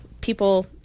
people